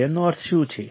તેનો અર્થ શું છે